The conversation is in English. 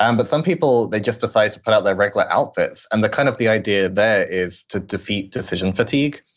um but some people, they just decide to put out their regular outfits and the kind of the idea there is to defeat decision fatigue.